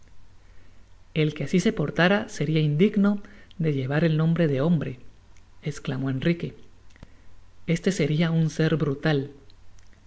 el que asi se portara seria indigno d llevar el nombre de hombre esclamó enrique este seria un ser brutal